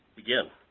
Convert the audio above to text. begin?